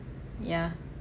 yeah